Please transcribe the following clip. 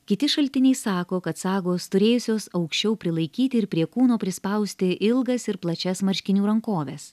kiti šaltiniai sako kad sagos turėjusios aukščiau prilaikyti ir prie kūno prispausti ilgas ir plačias marškinių rankoves